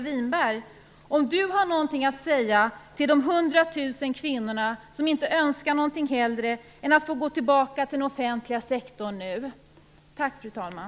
Winberg någonting att säga till de 100 000 kvinnor som inte önskar någonting hellre än att nu få gå tillbaka till den offentliga sektorn? Tack, fru talman.